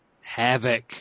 Havoc